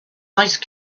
ice